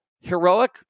heroic